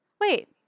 Wait